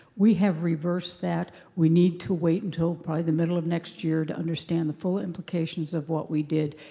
we have reversed that. we need to wait until probably the middle of next year to understand the full implications of what we did.